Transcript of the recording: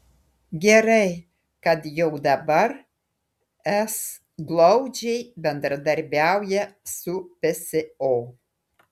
gerai kad jau dabar es glaudžiai bendradarbiauja su pso